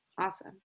Awesome